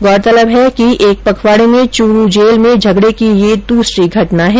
गौरतलब है कि है कि एक पखवाड़े में चूरु जेल में झगड़े की यह दूसरी घटना है